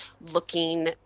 looking